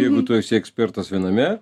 jeigu tu esi ekspertas viename